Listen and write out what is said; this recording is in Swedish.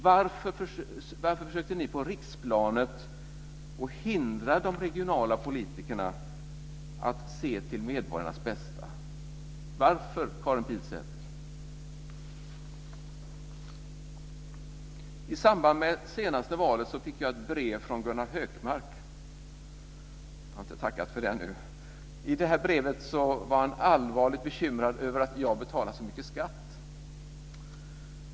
Varför försökte ni på riksplanet hindra de regionala politikerna att se till medborgarnas bästa? Varför gjorde ni det, Karin I samband med det senaste valet fick jag ett brev från Gunnar Hökmark. Jag har inte tackat för det ännu. I det brevet var han allvarligt bekymrad över att jag betalar så mycket skatt.